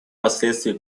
последствий